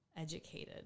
educated